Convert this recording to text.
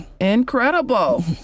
Incredible